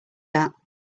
that